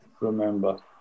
remember